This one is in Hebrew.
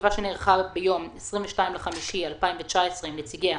בישיבה שנערכה ביום 22.5.2019 עם נציגיה: